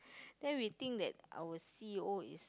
then we think that our C_E_O is